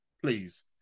Please